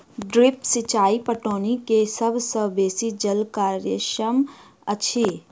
drip सिचाई पटौनी के सभ सॅ बेसी जल कार्यक्षम अछि